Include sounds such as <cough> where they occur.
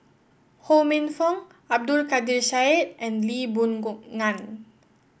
Ho Minfong Abdul Kadir Syed and Lee Boon <unintelligible> Ngan